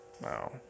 Wow